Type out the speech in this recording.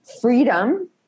freedom